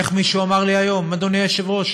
איך מישהו אמר לי היום, אדוני היושב-ראש?